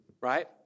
right